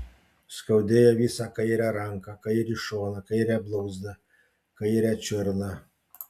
skaudėjo visą kairę ranką kairį šoną kairę blauzdą kairę čiurną